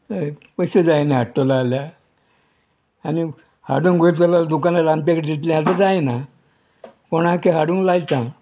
हय पयशे जाय न्हू हाडटले जाल्यार आनी हाडून वयतलो जाल्यार दुकानार आमचे कडे जितले आतां जायना कोणकय हाडूंक लायता